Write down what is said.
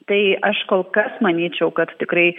tai aš kol kas manyčiau kad tikrai